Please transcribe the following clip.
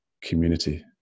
community